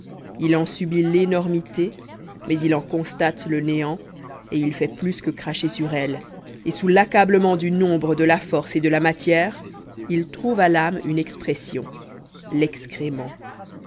il en subit l'énormité mais il en constate le néant et il fait plus que cracher sur elle et sous l'accablement du nombre de la force et de la matière il trouve à l'âme une expression l'excrément